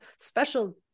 special